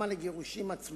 אלא גם על הגירושין עצמם,